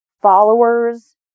followers